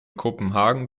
kopenhagen